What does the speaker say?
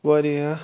واریاہ